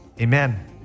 amen